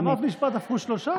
אמרת "משפט", הפכו לשלושה?